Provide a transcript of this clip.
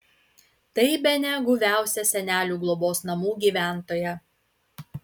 tai bene guviausia senelių globos namų gyventoja